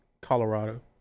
Colorado